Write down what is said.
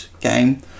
game